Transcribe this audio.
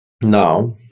now